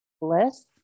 bliss